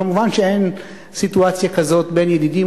כמובן שאין סיטואציה כזאת בין ידידים,